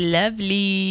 lovely